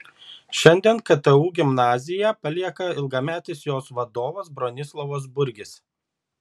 šiandien ktu gimnaziją palieka ilgametis jos vadovas bronislovas burgis